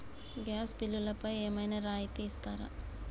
Gas బిల్లుపై ఏమైనా రాయితీ ఇస్తారా?